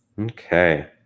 okay